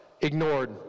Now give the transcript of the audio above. ignored